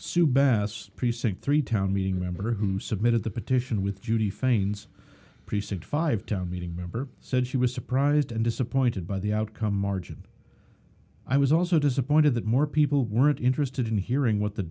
sue bass precinct three town meeting member who submitted the petition with judy feigns precinct five town meeting member said she was surprised and disappointed by the outcome margin i was also disappointed that more people weren't interested in hearing what the